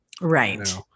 right